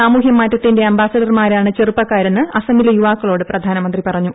സാമൂഹ്യമാറ്റത്തിന്റെ അംബാസഡർമാരാണ് ചെറുപ്പക്കാരെന്ന് അസമിലെ യുവാക്കളോട്ട് പ്രധാനമന്ത്രി പറഞ്ഞു